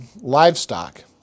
livestock